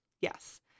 Yes